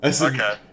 Okay